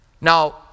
Now